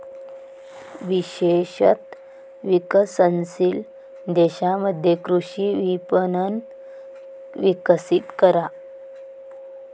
विशेषत विकसनशील देशांमध्ये कृषी विपणन विकसित करा